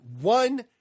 one